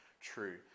true